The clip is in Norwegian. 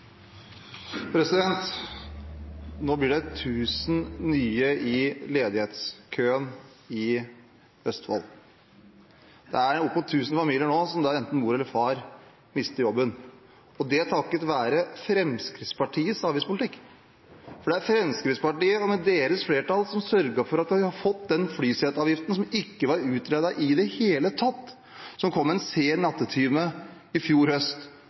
familier nå der enten mor eller far mister jobben – og det takket være Fremskrittspartiets avgiftspolitikk. Det er Fremskrittspartiet som med sitt flertall sørget for at vi har fått denne flyseteavgiften, som ikke var utredet i det hele tatt, og som kom en sen nattetime i fjor høst.